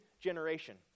generation